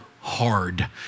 hard